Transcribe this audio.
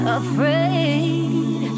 afraid